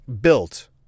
built